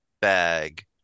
bag